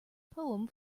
poem